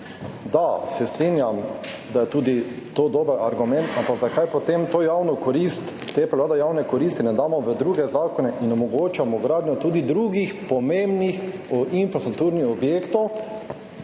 da, se strinjam, da je tudi to dober argument, ampak zakaj potem te prevlade javne koristi ne damo v druge zakone in omogočimo gradnjo tudi drugih pomembnih infrastrukturnih objektov,